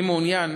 אני מעוניין,